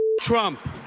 Trump